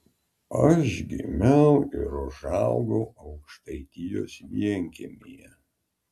aš gimiau ir užaugau aukštaitijos vienkiemyje